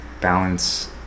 balance